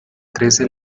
trece